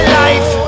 life